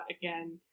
again